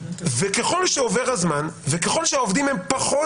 וככל שעובר הזמן וככל שהעובדים פחות